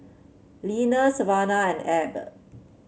Leanna Savanah and Ebb